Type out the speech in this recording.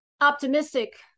optimistic